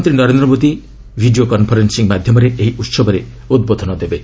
ପ୍ରଧାନମନ୍ତ୍ରୀ Narendra Modi video conference ମାଧ୍ୟମରେ ଏହି ଉସବରେ ଉଦ୍ବୋଧନ ଦେବେ